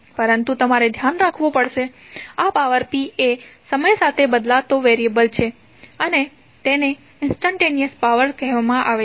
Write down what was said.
પરંતુ તમારે ધ્યાનમાં રાખવું પડશે આ પાવર p એ સમય સાથે બદલાતો વેરિયેબલ છે અને તેને ઇંસ્ટંટેનીઅસ પાવર કહેવામાં આવે છે